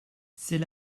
c’est